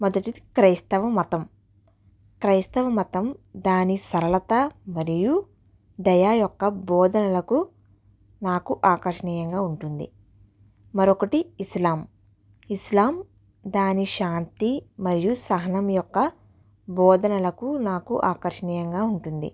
మొదటిది క్రైస్తవ మతం క్రైస్తవ మతం దాని సరళత మరియు దయ యొక్క బోధనలకు నాకు ఆకర్షణీయంగా ఉంటుంది మరొకటి ఇస్లాం ఇస్లాం దాని శాంతి మరియు సహనం యొక్క బోధనలకు నాకు ఆకర్షణీయంగా ఉంటుంది